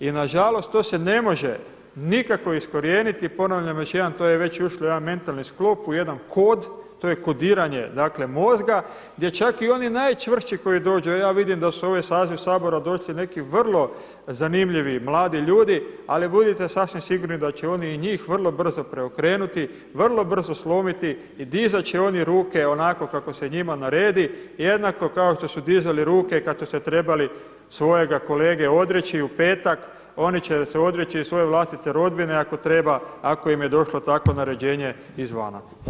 I nažalost to se ne može nikako iskorijeniti, ponavljam još jednom to je već ušlo u jedan mentalni sklop u jedan kod, to je kodiranje mozga gdje čak i oni najčvršći koji dođu, a ja vidim da se u ovaj saziv Sabora došli neki vrlo zanimljivi mladi ljudi, ali budite sasvim sigurni da će oni i njih vrlo brzo preokrenuti, vrlo brzo slomiti i dizat će oni ruke onako kako se njima naredi jednako kao što su dizali ruke kada su se trebali svojega kolege odreći u petak, oni će se odreći svoje vlastite rodbine ako treba, ako im je došlo takvo naređenje izvana.